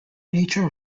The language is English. nature